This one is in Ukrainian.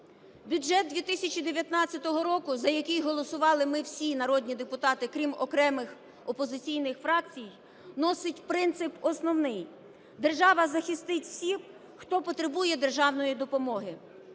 Бюджет 2019 року, за який голосували ми всі, народні депутати, крім окремих опозиційних фракцій, носить принцип основний: держава захистить всіх, хто потребує державної допомоги.